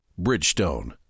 Bridgestone